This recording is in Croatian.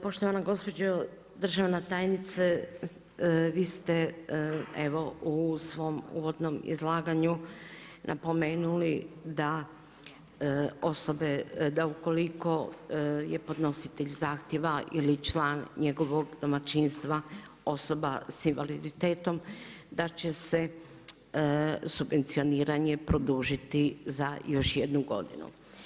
Poštovana gospođo državna tajnice, vi ste evo u svom uvodnom izlaganju napomenuli da osobe, da ukoliko je podnositelj zahtjeva ili član njegovog domaćinstva osoba sa invaliditetom da će se subvencioniranje produžiti za još jednu godinu.